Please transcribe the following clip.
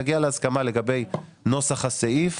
נגיע להסכמה לגבי נוסח הסעיף